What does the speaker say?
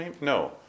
no